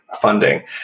funding